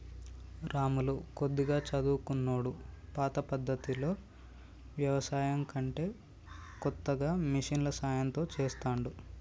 రాములు కొద్దిగా చదువుకున్నోడు పాత పద్దతిలో వ్యవసాయం కంటే కొత్తగా మిషన్ల సాయం తో చెస్తాండు